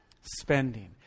Spending